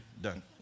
Done